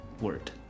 word